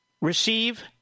receive